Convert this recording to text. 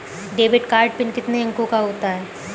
Debit card pin कितने अंकों का होता है?